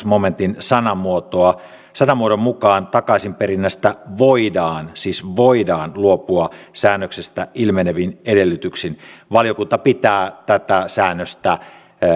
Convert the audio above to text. momentin sanamuodossa sanamuodon mukaan takaisinperinnästä voidaan siis voidaan luopua säännöksestä ilmenevin edellytyksin valiokunta pitää tätä säännöstä